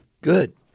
Good